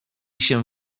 się